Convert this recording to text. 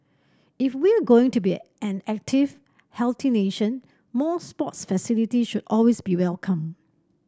if we're going to be an active healthy nation more sports facilities should always be welcome